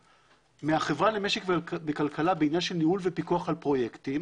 מהחברה למשק וכלכלה בגלל ניהול ופיקוח על פרויקטים